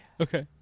Okay